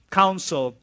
council